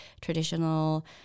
traditional